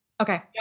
Okay